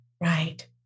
Right